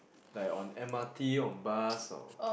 like on M_R_T on bus or